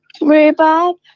Rhubarb